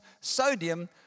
sodium